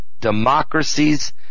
democracies